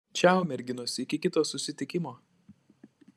čiau merginos iki kito susitikimo